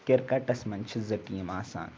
کِرکَٹَس منٛز چھِ زٕ ٹیٖم آسان